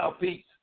peace